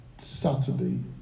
Saturday